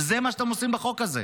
וזה מה שאתם עושים בחוק הזה.